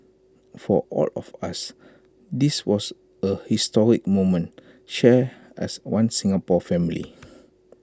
for all of us this was A historic moment shared as One Singapore family